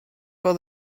for